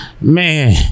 man